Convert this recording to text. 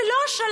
זה לא השלב.